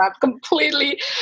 completely